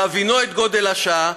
בהבינו את גודל השעה,